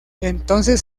entonces